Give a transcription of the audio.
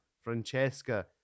Francesca